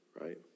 right